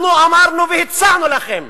אנחנו אמרנו והצענו לכם